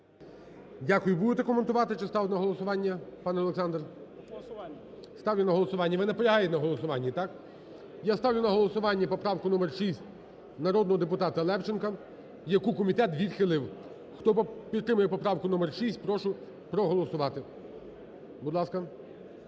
Дякую. Будете коментувати чи ставити на голосування, пане Олександре? Ставлю на голосування. Ви наполягаєте на голосуванні, так? Я ставлю на голосування поправку номер 6 народного депутата Левченка, яку комітет відхилив. Хто підтримує поправку номер 6, прошу проголосувати. Будь ласка.